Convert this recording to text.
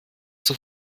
zur